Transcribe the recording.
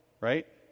right